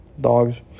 Dogs